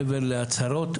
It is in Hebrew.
מעבר להצהרות,